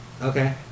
okay